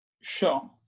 Sure